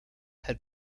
had